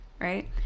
right